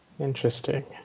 interesting